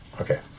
Okay